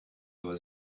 nur